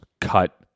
cut